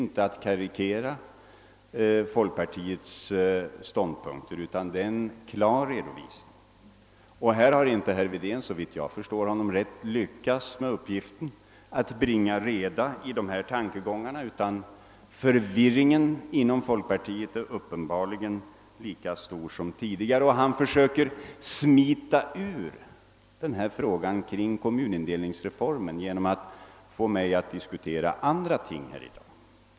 Herr Wedén har inte, såvitt jag förstår honom rätt, lyckats med uppgiften att bringa reda i de olika tankegångarna, utan förvirringen inom folkpartiet är uppenbarligen lika stor som tidigare. Han försöker nu smita från denna fråga om kommunindelningsreformen genom att få mig att diskutera andra ting här i dag.